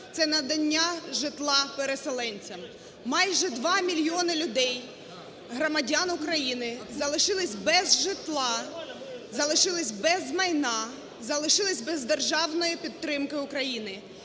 це надання житла переселенцям. Майже два мільйони людей громадян України залишились без житла, залишились без майна, залишились без державної підтримки України.